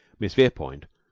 miss verepoint,